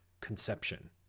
conception